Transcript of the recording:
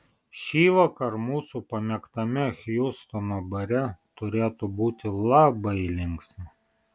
šįvakar mūsų pamėgtame hjustono bare turėtų būti labai linksma